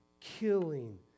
killing